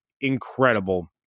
incredible